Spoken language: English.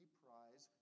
prize